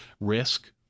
risk